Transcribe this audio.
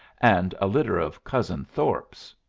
and a litter of cousin thorpes.